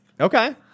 Okay